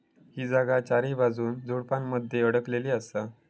ही जागा चारीबाजून झुडपानमध्ये अडकलेली असा